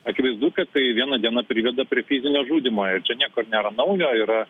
akivaizdu kad tai vieną dieną prideda prie fizinio žudymo ir čia niekur nėra naujo yra